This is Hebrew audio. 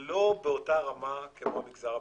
לא באותה רמה כמו במגזר הפרטי.